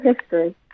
history